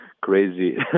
crazy